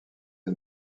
est